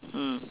mm